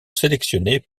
sélectionnés